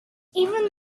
even